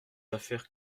affaires